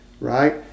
Right